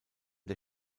der